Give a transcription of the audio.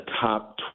top